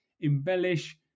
Embellish